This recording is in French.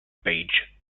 paige